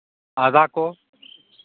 ᱟᱫᱟ ᱠᱚ